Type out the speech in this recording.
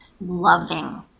loving